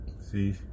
See